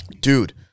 Dude